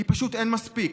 כי פשוט אין מספיק.